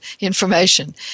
information